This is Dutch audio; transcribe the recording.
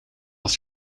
haar